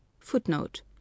footnote